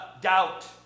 doubt